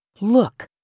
Look